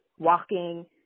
Walking